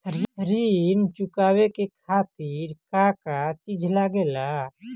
ऋण चुकावे के खातिर का का चिज लागेला?